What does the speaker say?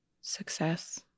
success